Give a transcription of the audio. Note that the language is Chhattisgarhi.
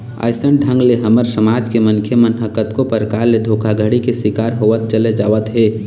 अइसन ढंग ले हमर समाज के मनखे मन ह कतको परकार ले धोखाघड़ी के शिकार होवत चले जावत हे